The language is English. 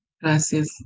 Gracias